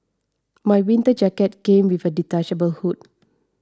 my winter jacket came with a detachable hood